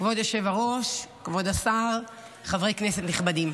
כבוד היושב-ראש, כבוד השר, חברי כנסת נכבדים,